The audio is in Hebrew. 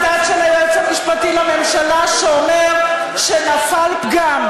דעת של היועץ המשפטי לממשלה שאומר שנפל פגם,